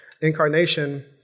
incarnation